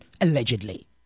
allegedly